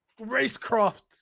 Racecraft